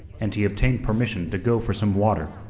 and he obtained permission to go for some water.